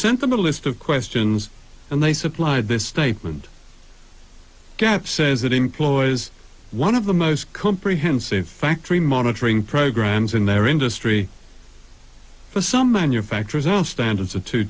sent them a list of questions and they supplied this statement gav says it employs one of the most comprehensive factory monitoring programs in their industry for some manufacturers our standards are too